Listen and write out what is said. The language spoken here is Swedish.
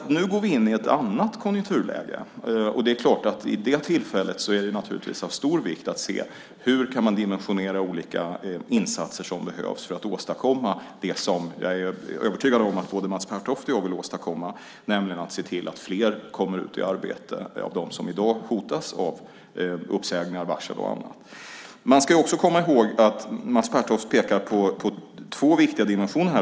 Nu går vi in i ett annat konjunkturläge, och det är klart att det då är av stor vikt att se hur man kan dimensionera olika insatser som behövs för att åstadkomma det som jag är övertygad om att både Mats Pertoft och jag vill åstadkomma, nämligen att se till att fler kommer ut i arbete av dem som i dag hotas av uppsägningar, varsel och annat. Mats Pertoft pekar på två viktiga dimensioner.